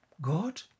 God